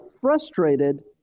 frustrated